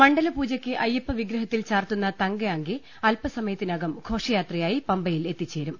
മണ്ഡലപൂജയ്ക്ക് അയ്യപ്പവിഗ്രഹത്തിൽ ചാർത്തുന്ന തങ്കഅങ്കി അൽപ്പസമയത്തിനകം ഘോഷയാത്രയായി പമ്പയിൽ എത്തി ച്ചേരും